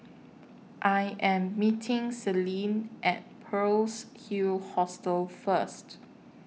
I Am meeting Celine At Pearl's Hill Hostel First